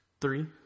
Three